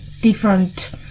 different